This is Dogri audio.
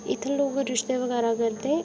इत्थै लोक रिश्ते बगैरा करदे